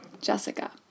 Jessica